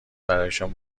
برایشان